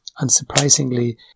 Unsurprisingly